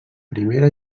primera